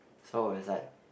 so it was like